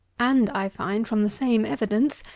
and i find, from the same evidence,